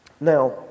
Now